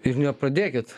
ir nepradėkit